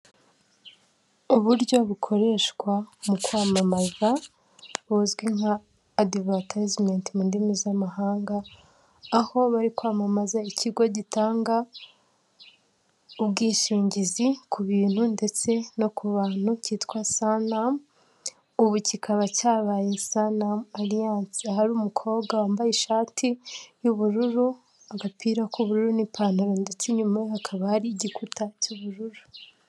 Uburyo bukoreshwa mu kwamamaza buzwi nka adivatayizimenti mu ndimi z'amahanga aho bari kwamamaza ikigo gitanga ubwishingizi ku bintu ndetse no ku bantu cyitwa sanamu, ubu kikaba cyabaye sanamu aliyanse ahari umukobwa wambaye ishati y'ubururu agapira k'ubururu, n'ipantaro ndetse inyuma hakaba hari igikuta cy'ubururu.